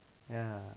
ya